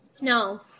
No